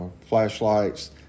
flashlights